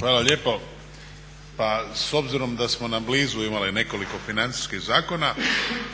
Hvala lijepo. Pa s obzirom da smo na blizu imali nekoliko financijskih zakona